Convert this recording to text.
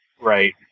Right